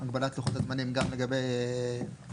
הגבלת לוחות הזמנים גם לגבי הפרויקט